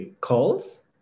calls